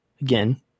Again